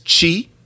chi